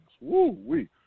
Woo-wee